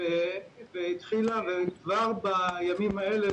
וכבר בימים האלה,